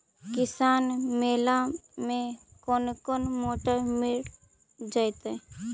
किसान मेला में कोन कोन मोटर मिल जैतै?